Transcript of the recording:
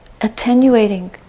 attenuating